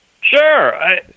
Sure